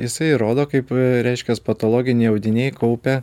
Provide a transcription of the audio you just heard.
jisai rodo kaip reiškias patologiniai audiniai kaupia